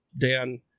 Dan